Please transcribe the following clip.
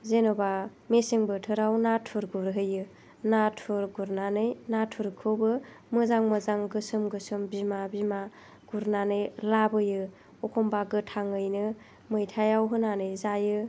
जेनेबा मेसें बोथोराव नाथुर गुरहैयो नाथुर गुरनानै नाथुरखौबो मोजां मोजां गोसोम गोसोम बिमा बिमा गुरनानै लाबोयो एखनबा गोथाङैनो मैथायाव होनानै जायो